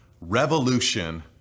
revolution